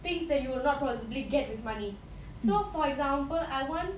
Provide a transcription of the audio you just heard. things that you will not possibly get with money so for example I want